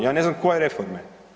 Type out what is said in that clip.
Ja ne znam koje reforme?